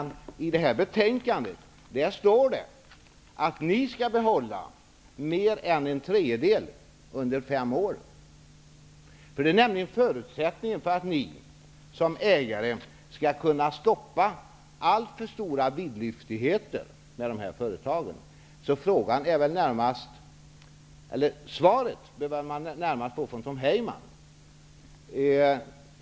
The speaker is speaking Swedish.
I det här betänkandet står det att ni skall behålla mer än en tredjedel under fem år. Det är nämligen förutsättningen för att ni som ägare skall kunna stoppa alltför stora vidlyftigheter med dessa företag. Svaret bör väl närmast komma från Tom Heyman.